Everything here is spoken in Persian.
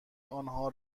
آنها